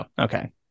okay